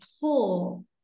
pull